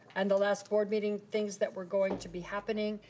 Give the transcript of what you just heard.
and the last board meeting things that we're going to be happening,